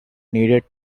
needed